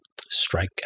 strike